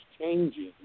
changing